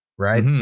right? and